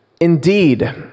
Indeed